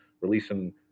releasing